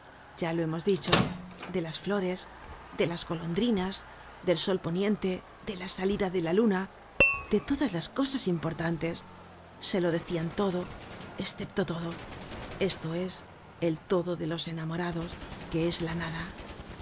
ya lo hemos dicho de las flores de las golondrinas del sol poniente de la salida de la luna de todas las cosas importantes se lo decian todo escepto todo esto es el todo de los enamorados que es la nada